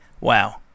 Wow